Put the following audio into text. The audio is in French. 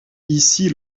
ici